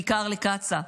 בעיקר לקצא"א,